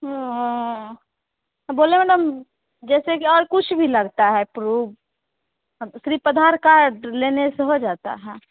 वह बोले मैडम जैसे कि और कुछ भी लगता है प्रूफ़ हाँ तो सिर्फ आधार कार्ड लेने से हो जाता है